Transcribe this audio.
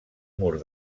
mur